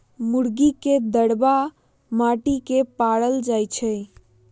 मुर्गी के दरबा माटि के पारल जाइ छइ